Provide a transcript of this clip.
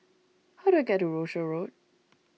how do I get to Rochor Road